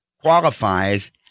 qualifies